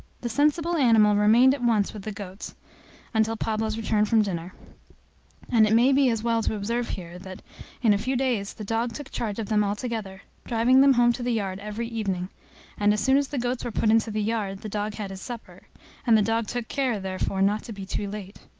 the sensible animal remained at once with the goats until pablo's return from dinner and it may be as well to observe here, that in a few days the dog took charge of them altogether, driving them home to the yard every evening and as soon as the goats were put into the yard, the dog had his supper and the dog took care, therefore, not to be too late.